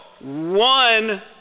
one